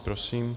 Prosím.